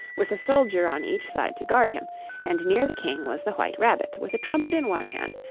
with a soldier on each side to guard him and near the king was the white rabbit, with a trumpet in one hand,